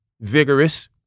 Vigorous